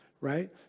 right